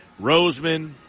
Roseman